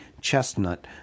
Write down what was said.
chestnut